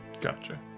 gotcha